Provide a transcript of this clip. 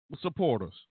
supporters